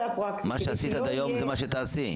מה שעשית עד היום, זה מה שתעשי.